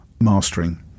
Mastering